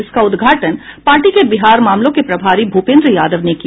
इसका उद्घाटन पार्टी के बिहार मामलों के प्रभारी भूपेन्द्र यादव ने किया